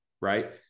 right